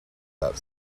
that